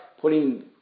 putting